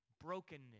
Brokenness